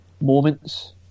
moments